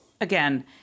Again